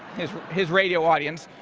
his his radio audience.